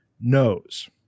knows